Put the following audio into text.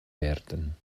werden